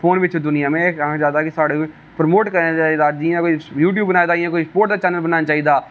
phone बिचु दुनिया में आक्खना चाह्न्नां कि साढ़े बी प्रमोट करना चाहिदा जि'यां कोई यूट्यूब बनाए दा इ'यां कोई स्पोटस दा चैनल बनाना चाहिदा